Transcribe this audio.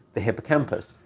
the hippocampus,